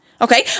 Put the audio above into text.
Okay